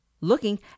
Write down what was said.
looking